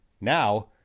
Now